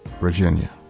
Virginia